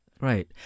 right